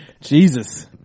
Jesus